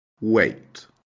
Wait